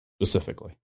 specifically